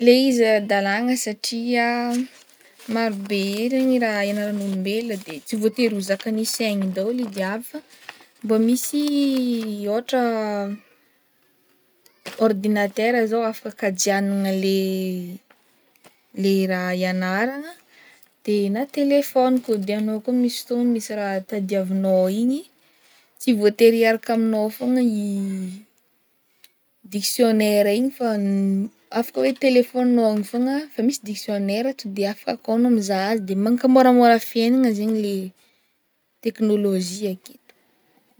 Le izy ara-dalàgna satria marobe regny raha ianaran'olombelona de tsy voatery ho zakanny sainy daholo izy jiaby fa mba misy ôhatra ordinatera zao afaka kajianigna le le raha ianaragna de na telefaony koa de anao koa misy fotoagno misy raha tadiavinao igny tsy voatera hiaraka aminao fogna i diksionera igny fa afaka hoe lefaoninao igny fogna efa misy diksionera to de afaka akao anao mizaha azy de mankamôramôra fiaignana zegny le teknolozia aketo.